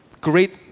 Great